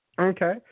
Okay